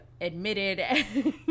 admitted